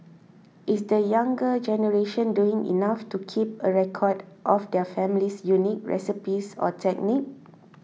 is the younger generation doing enough to keep a record of their family's unique recipes or techniques